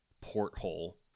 porthole